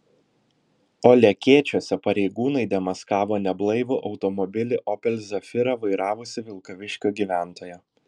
o lekėčiuose pareigūnai demaskavo neblaivų automobilį opel zafira vairavusį vilkaviškio gyventoją